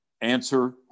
answer